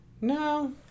No